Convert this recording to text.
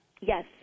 Yes